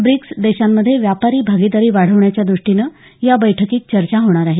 BRICS देशांमध्ये व्यापारी भागीदारी वाढवण्याच्या दुष्टीनं या बैठकीत चर्चा होणार आहे